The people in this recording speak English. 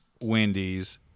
Wendy's